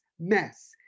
Mess